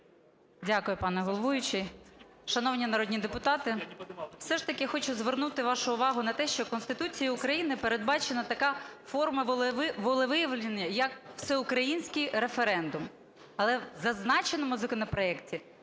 Дякую пане головуючий. Шановні народні депутати, все ж таки хочу звернути вашу увагу на те, що в Конституції України передбачена така форма волевиявлення, як всеукраїнський референдум. Але в зазначеному законопроекті